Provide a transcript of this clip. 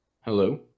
hello